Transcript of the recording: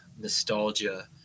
nostalgia